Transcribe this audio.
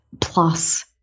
plus